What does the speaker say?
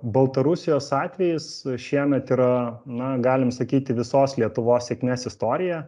baltarusijos atvejis šiemet yra na galim sakyti visos lietuvos sėkmės istorija